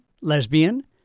lesbian